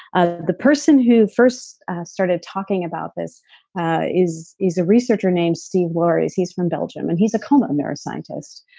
ah the person who first started talking about this is is a researcher named steve laureys. he's from belgium and he's a coma neuroscientist.